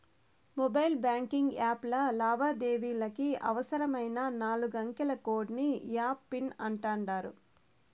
mobile banking యాప్ల లావాదేవీలకి అవసరమైన నాలుగంకెల కోడ్ ని ఎమ్.పిన్ అంటాండారు